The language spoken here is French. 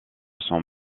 son